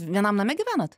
vienam name gyvenat